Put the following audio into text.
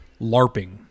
LARPing